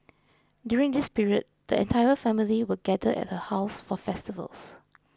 during this period the entire family would gather at her house for festivals